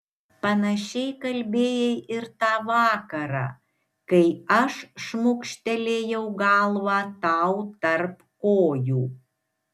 panašiai kalbėjai ir tą vakarą kai aš šmukštelėjau galvą tau tarp kojų